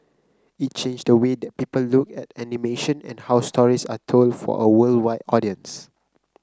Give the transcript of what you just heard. it changed the way that people look at animation and how stories are told for a worldwide audience